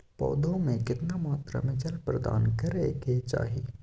पौधों में केतना मात्रा में जल प्रदान करै के चाही?